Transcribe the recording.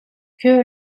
que